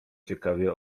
ciekawie